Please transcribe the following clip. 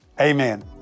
Amen